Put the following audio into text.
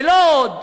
ולא זו בלבד